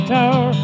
Tower